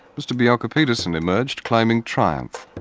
mr bjelke-petersen emerged claiming triumph.